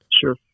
Sure